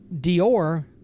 Dior